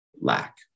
lack